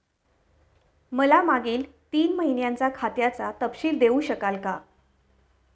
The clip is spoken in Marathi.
मला मागील तीन महिन्यांचा खात्याचा तपशील देऊ शकाल का?